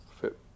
fit